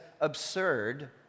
absurd